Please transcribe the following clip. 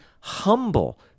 humble